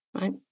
right